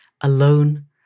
alone